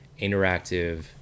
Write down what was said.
interactive